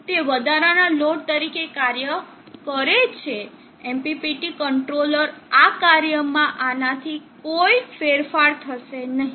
તે વધારાના લોડ તરીકે કાર્ય કરે છે MPPT કંટ્રોલર ના કાર્યમાં આનાથી કોઈ ફેરફાર થશે નહીં